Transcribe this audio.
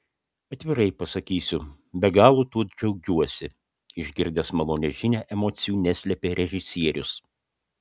atvirai pasakysiu be galo tuo džiaugiuosi išgirdęs malonią žinią emocijų neslėpė režisierius